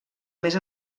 més